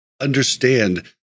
understand